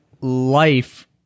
life